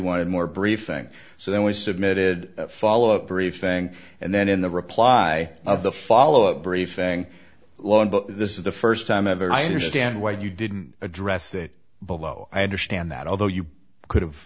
wanted more briefing so then we submitted a follow up briefing and then in the reply of the follow up briefing law and this is the first time ever i understand why you didn't address it below i understand that although you could have